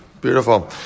Beautiful